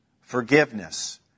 Forgiveness